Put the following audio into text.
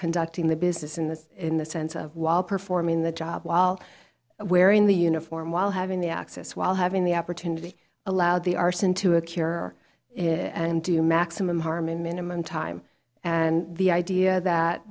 conducting the business in this in the sense of while performing the job while wearing the uniform while having the access while having the opportunity allowed the arson to a cure and do maximum harm in minimum time and the idea that